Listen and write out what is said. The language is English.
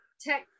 tech